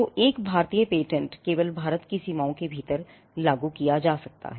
तो एक भारतीय पेटेंट केवल भारत की सीमाओं के भीतर लागू किया जा सकता है